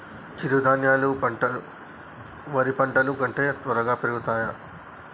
చిరుధాన్యాలు పంటలు వరి పంటలు కంటే త్వరగా పెరుగుతయా?